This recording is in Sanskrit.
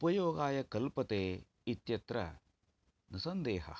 उपयोगाय कल्पते इत्यत्र निसन्देहः